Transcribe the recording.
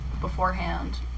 beforehand